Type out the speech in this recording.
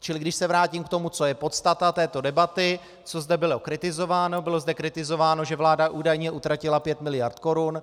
Čili když se vrátím k tomu, co je podstata této debaty, co zde bylo kritizováno, bylo zde kritizováno, že vláda údajně utratila pět miliard korun.